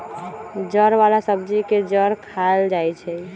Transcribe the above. जड़ वाला सब्जी के जड़ खाएल जाई छई